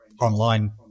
online